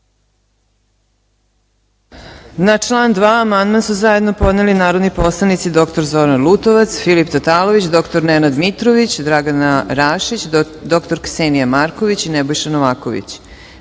Na član 2. amandman su zajedno podneli narodni poslanici dr Zoran Lutovac, Filip Tatalović, dr Nenad Mitrović, Dragana Rašić, dr Ksenija Marković, Nebojša Novaković. Primili